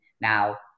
Now